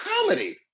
comedy